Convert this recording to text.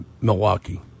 Milwaukee